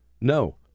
No